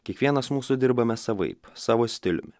kiekvienas mūsų dirbame savaip savo stiliumi